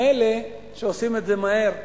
מילא שעושים את זה מהר,